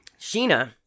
Sheena